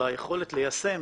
ביכולת ליישם